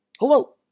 Hello